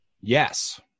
yes